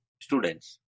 students